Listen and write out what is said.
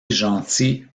gentil